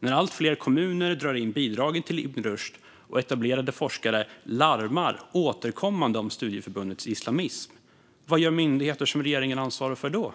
När allt fler kommuner drar in bidragen till Ibn Rushd och etablerade forskare återkommande larmar om studieförbundets islamism, vad gör myndigheter som regeringen ansvarar för då?